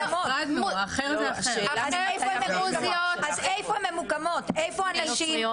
איפה הדרוזיות, איפה הן ממוקמות.